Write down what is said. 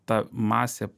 ta masė